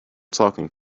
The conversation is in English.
talking